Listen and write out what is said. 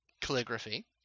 calligraphy